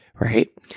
right